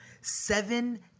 seven